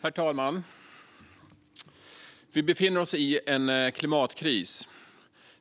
Herr talman! Vi befinner oss i en klimatkris.